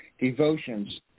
devotions